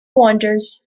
wanders